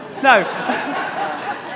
No